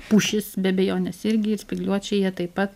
pušis be abejonės irgi ir spygliuočiai jie taip pat